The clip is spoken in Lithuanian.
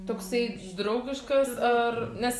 toksai draugiškas ar nes